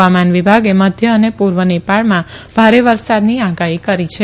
હવામાન વિભાગે મધ્ય અને પૂર્વ નેપાળમાં ભારે વરસાદની આગાહી કરી છે